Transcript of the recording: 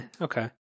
okay